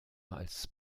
als